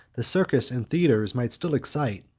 the circus and theatres might still excite,